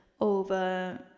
over